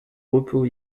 repos